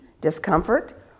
discomfort